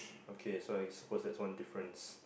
okay I suppose that's one difference